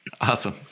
Awesome